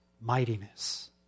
mightiness